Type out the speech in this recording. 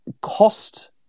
cost